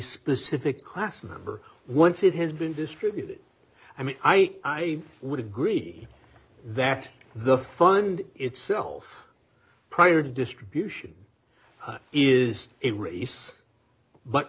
specific class number once it has been distributed i mean i would agree that the fund itself prior distribution is a race but